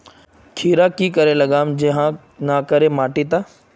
खीरा की करे लगाम जाहाँ करे ना की माटी त?